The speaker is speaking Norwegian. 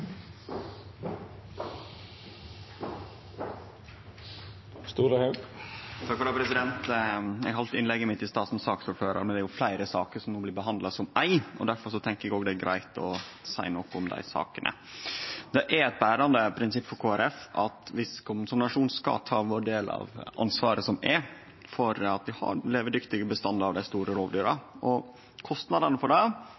men det er jo fleire saker som no blir behandla under eitt, og difor tenkjer eg det er greitt å seie noko òg om dei andre sakene. Det er eit berande prinsipp for Kristeleg Folkeparti at vi som nasjon skal ta vår del av ansvaret for at vi har levedyktige bestandar av dei store rovdyra, og kostnadane for det